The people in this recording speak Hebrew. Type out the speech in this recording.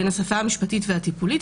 בין השפה המשפטית והטיפולית,